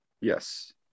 Yes